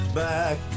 back